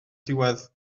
diwedd